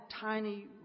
tiny